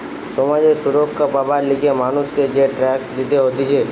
সমাজ এ সুরক্ষা পাবার লিগে মানুষকে যে ট্যাক্স দিতে হতিছে